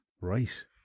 Right